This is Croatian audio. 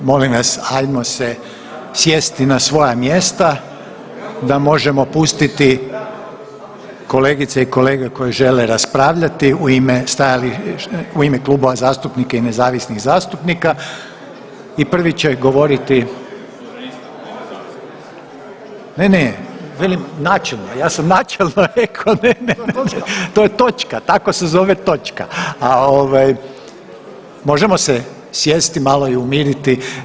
Molim vas ajmo se sjesti na svoja mjesta da možemo pustiti kolegice i kolege koje žele raspravljati u ime klubova zastupnika i nezavisnih zastupnika i prvi će govoriti … [[Upadica iz klupe se ne razumije]] , ne, ne, velim načelno, ja sam načelno rekao, ne, ne, ne, ne, to je točka, tako se zove točka, a ovaj, možemo se sjesti malo i umiriti.